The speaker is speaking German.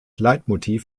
leitmotiv